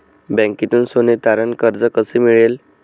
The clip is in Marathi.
बँकेतून सोने तारण कर्ज कसे मिळेल?